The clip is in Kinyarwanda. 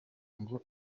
ngo